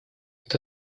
это